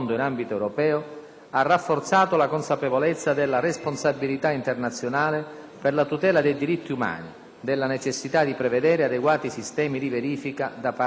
ha rafforzato la consapevolezza della responsabilità internazionale per la tutela dei diritti umani e della necessità di prevedere adeguati sistemi di verifica da parte degli Stati.